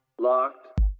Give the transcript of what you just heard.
Locked